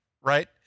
right